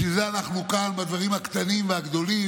בשביל זה אנחנו כאן, בדברים הקטנים והגדולים,